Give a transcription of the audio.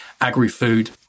agri-food